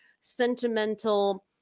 sentimental